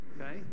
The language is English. Okay